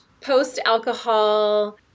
post-alcohol